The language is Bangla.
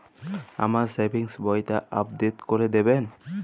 আমার সেভিংস বইটা আপডেট করে দেবেন?